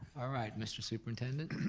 alright, mr. superintendent.